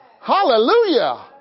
Hallelujah